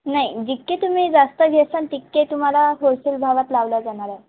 नाही जितके तुम्ही जास्त घेशाल तितके तुम्हाला होलसेल भावात लावलं जाणार आहे